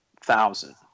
thousand